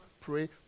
pray